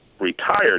retired